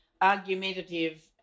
argumentative